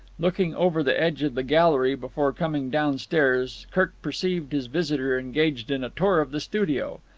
looking over the edge of the gallery before coming downstairs kirk perceived his visitor engaged in a tour of the studio.